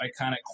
iconic